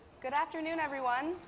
good afternoon, everyone.